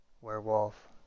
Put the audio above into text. Werewolf